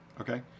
Okay